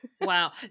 Wow